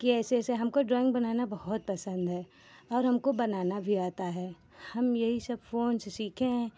कि ऐसे ऐसे हमको ड्राइंग बनाना बहुत पसंद है और हमको बनाना भी आता है हम यही सब फ़ोन से सीखे हैं